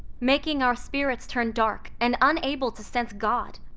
making our spirits turn dark and unable to sense god.